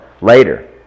later